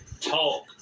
Talk